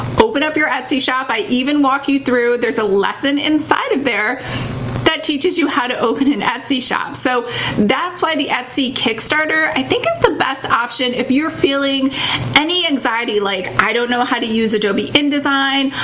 open up your etsy shop. i even walk you through, there's a lesson inside of there that teaches you how to open an etsy shop. so that's why the etsy kickstarter, i think is the best option if you're feeling any anxiety like, i don't know how to use adobe indesign.